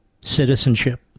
citizenship